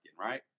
right